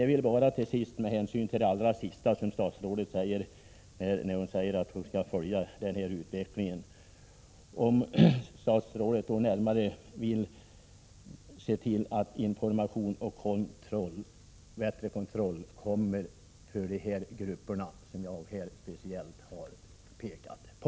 Jag vill bara till sist, med hänsyn till det allra sista som statsrådet säger om att hon skall följa utvecklingen, fråga om statsrådet vill se till att det blir information och bättre kontroll för de grupper som jag speciellt har pekat på.